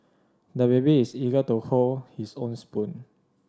the baby is eager to hold his own spoon